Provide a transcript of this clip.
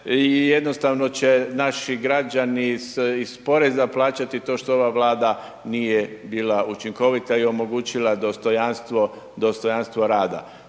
jednostavno će naši građani iz, iz poreza plaćati to što ova Vlada nije bila učinkovita i omogućila dostojanstvo,